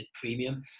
premium